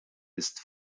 ist